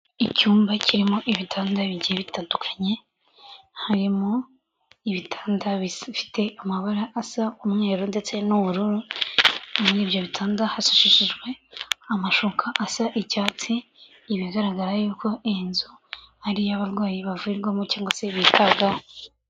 Icyumba kirimo ibitanda bigiye bitandukanye, harimo ibitanda bifite amabara asa umweru ndetse n'ubururu, muri ibyo bitanda hasashishijwe amashuka asa icyatsi, bigaragara y'uko iyi nzu ari iy'abarwayi bavurirwamo cyangwag se bitabwaho.